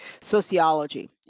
sociology